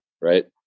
right